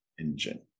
engine